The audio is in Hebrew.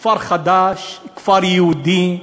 כפר חדש, כפר יהודי?